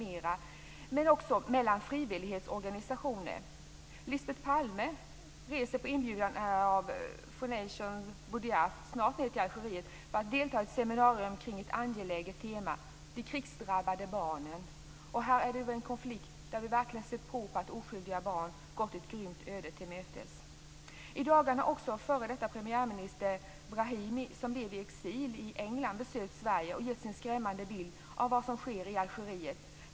Men det gäller också besöksutbyte mellan frivilligorganisationer. Lisbeth Palme reser på inbjudan av Foundation Boudiaf snart ned till Algeriet för att delta i ett seminarium kring ett angeläget tema; de krigsdrabbade barnen. Här är det fråga om en konflikt där vi verkligen ser prov på att oskyldiga barn gått ett grymt öde till möte. I dagarna har också f.d. premiärminister Brahimi, som lever i exil i England, besökt Sverige och givit oss en skrämmande bild av vad som sker i Algeriet.